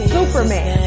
Superman